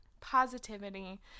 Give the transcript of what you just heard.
positivity